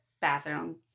bathroom